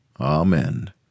Amen